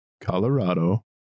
Colorado